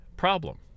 problem